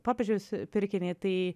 popiežius pirkinį tai